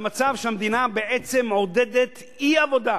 זה המצב שהמדינה בעצם מעודדת אי-עבודה.